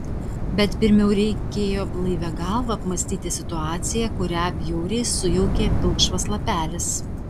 bet pirmiau reikėjo blaivia galva apmąstyti situaciją kurią bjauriai sujaukė pilkšvas lapelis